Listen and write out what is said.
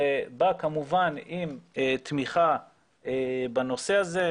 זה בא כמובן עם תמיכה בנושא הזה,